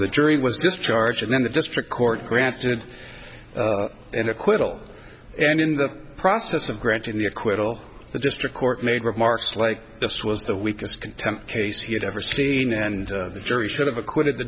the jury was just charge and then the district court granted an acquittal and in the process of granting the acquittal the district court made remarks like this was the weakest contempt case he had ever seen and the jury should have acquitted the